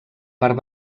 part